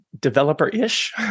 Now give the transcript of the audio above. developer-ish